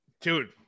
Dude